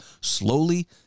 slowly